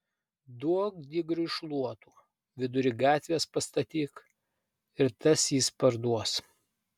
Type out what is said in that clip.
duok digriui šluotų vidury gatvės pastatyk ir tas jis parduos